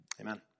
Amen